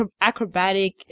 acrobatic